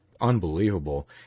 unbelievable